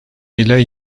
ile